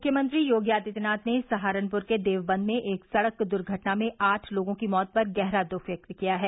मुख्यमंत्री योगी आदित्यनाथ ने सहारनपुर के देवबंद में एक सड़क दुर्घटना में आठ लोगों की मौत पर गहरा दुःख व्यक्त किया है